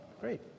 great